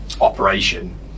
operation